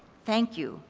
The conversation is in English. thank you.